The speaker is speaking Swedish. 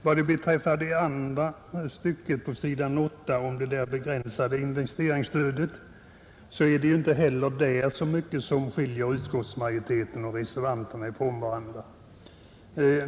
Vad beträffar det andra stycket på s. 8 om det begränsade investeringsstödet är det inte heller där så mycket som skiljer utskottsmajoriteten och reservanterna från varandra.